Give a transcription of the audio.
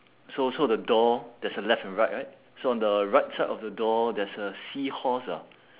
so so the door there's a left and right right so on the right side of the door there's a seahorse ah